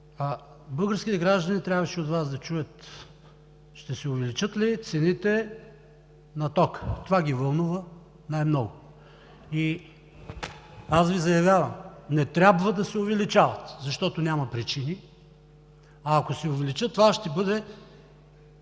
Но българските граждани трябваше да чуят от Вас ще се увеличат ли цените на тока? Това ги вълнува най-много. Аз Ви заявявам: не трябва да се увеличават, защото няма причини. А ако се увеличат, това ще бъде